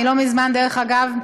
דרך אגב,